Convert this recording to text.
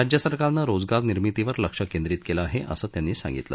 राज्य सरकारनं रोजगार निर्मितीवर लक्ष केंद्रित केलं आहे असं त्यांनी सांगितलं